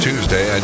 Tuesday